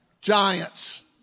Giants